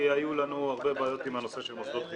כי היו לנו הרבה בעיות עם הנושא של מוסדות חינוך.